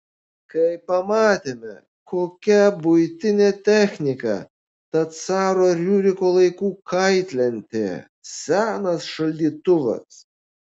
kai pamatėme kokia buitinė technika ta caro riuriko laikų kaitlentė senas šaldytuvas